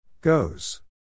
Goes